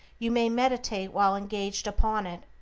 you may meditate while engaged upon it.